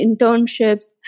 internships